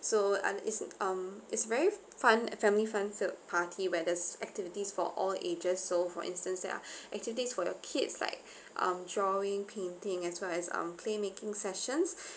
so um is um is very fun family fun-filled party where there's activities for all ages so for instance there are activities for your kids like um drawing painting as well as um clay making sessions